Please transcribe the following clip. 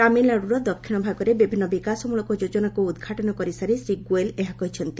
ତାମିଲନାଡୁର ଦକ୍ଷିଣ ଭାଗରେ ବିଭିନ୍ନ ବିକାଶ ମୂଳକ ଯୋଜନାକୁ ଉଦ୍ଘାଟନ କରିସାରି ଶ୍ରୀ ଗୋଏଲ୍ ଏହା କହିଛନ୍ତି